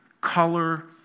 color